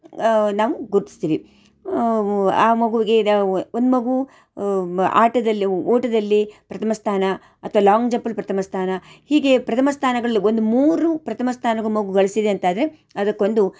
ನಾವು ಗುರ್ತಿಸ್ತೀವಿ ಆ ಮಗುವಿಗೆ ಒಂದು ಮಗು ಬ ಆಟದಲ್ಲಿ ಓಟದಲ್ಲಿ ಪ್ರಥಮ ಸ್ಥಾನ ಅಥವಾ ಲಾಂಗ್ ಜಂಪಲ್ಲಿ ಪ್ರಥಮ ಸ್ಥಾನ ಹೀಗೆ ಪ್ರಥಮ ಸ್ಥಾನಗಳಲ್ಲಿ ಒಂದು ಮೂರು ಪ್ರಥಮ ಸ್ಥಾನ ಮಗು ಗಳಿಸಿದೆ ಅಂತ ಆದರೆ ಅದಕ್ಕೊಂದು